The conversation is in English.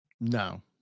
no